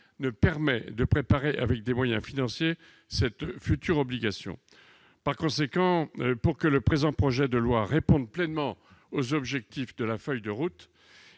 ce stade de préparer avec des moyens financiers cette future obligation. En conséquence, pour que le présent texte réponde pleinement aux objectifs de la feuille de route